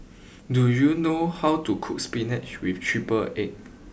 do you know how to cook spinach with triple Egg